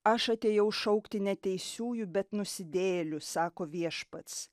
aš atėjau šaukti ne teisiųjų bet nusidėjėlių sako viešpats